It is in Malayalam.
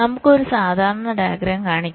നമുക്ക് ഒരു സാധാരണ ഡയഗ്രം കാണിക്കാം